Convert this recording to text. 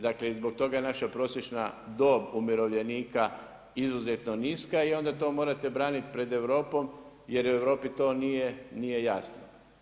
Dakle i zbog toga je naša prosječna dob umirovljenika izuzetno niska i onda to morate braniti pred Europom jer Europi to nije jasno.